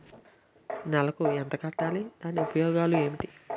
నెలకు ఎంత కట్టాలి? దాని ఉపయోగాలు ఏమిటి?